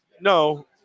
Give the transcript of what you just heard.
No